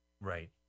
Right